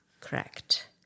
Correct